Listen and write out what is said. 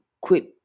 Quit